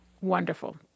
Wonderful